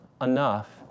enough